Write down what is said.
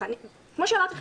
כמו שאמרתי לכם,